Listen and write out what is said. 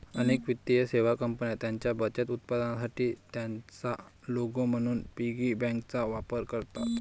अनेक वित्तीय सेवा कंपन्या त्यांच्या बचत उत्पादनांसाठी त्यांचा लोगो म्हणून पिगी बँकांचा वापर करतात